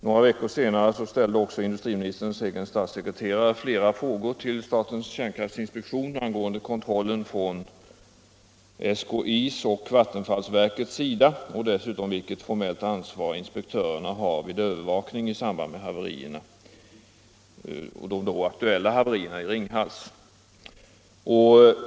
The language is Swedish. Några veckor senare ställde också industriministerns egen statssekreterare flera frågor till statens kärnkraftinspektion angående kontrollen från SKI:s och vattenfallsverkets sida; dessutom frågade han vilket formellt ansvar inspektörerna har vid övervakning i samband med de då aktuella haverierna vid Ringhals.